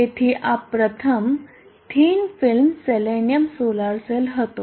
તેથી આ પ્રથમ thin film selenium solar cell હતો